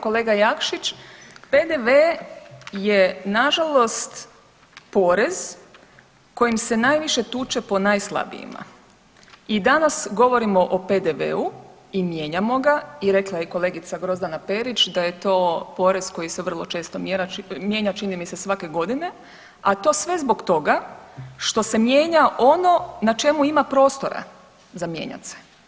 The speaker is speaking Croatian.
Kolega Jakšić, PDV je nažalost porez kojim se najviše tuče po najslabijima i danas govorimo o PDV-u i mijenjamo ga i rekla je kolegica Grozdana Perić da je to porez koji se vrlo često mijenja, čini mi se svake godine a to sve zbog toga što se mijenja ono na čemu ima prostora za mijenjat se.